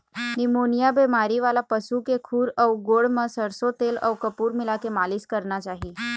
pneumonia बेमारी वाला पशु के खूर अउ गोड़ म सरसो तेल अउ कपूर मिलाके मालिस करना चाही